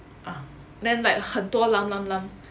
ah then like 很多 lump lump lump